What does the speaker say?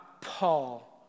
Paul